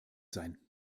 sein